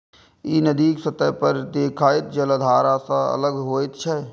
ई नदीक सतह पर देखाइत जलधारा सं अलग होइत छै